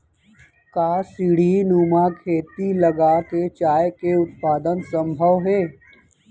का सीढ़ीनुमा खेती लगा के चाय के उत्पादन सम्भव हे?